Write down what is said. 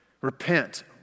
Repent